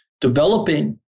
developing